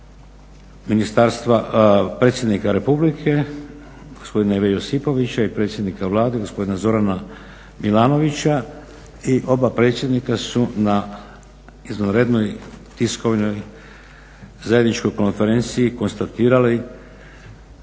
ministarstva, predsjednika Republike gospodina Ive Josipovića, i predsjednika Vlade gospodina Zorana Milanovića, i oba predsjednika su na izvanrednoj tiskovnoj zajedničkoj konferenciji konstatirali